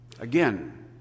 Again